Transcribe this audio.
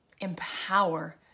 empower